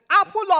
apple